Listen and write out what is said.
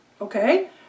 okay